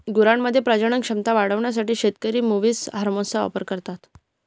गुरांमध्ये प्रजनन क्षमता वाढवण्यासाठी शेतकरी मुवीस हार्मोनचा वापर करता